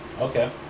Okay